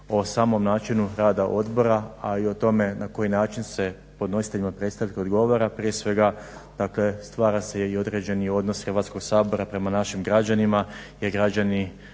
o samom načinu rada Odbora, a i o tome na koji način se podnositeljima predstavki odgovara. Prije svega, dakle stvara se i određeni odnos Hrvatskog sabora prema našim građanima. Jer građani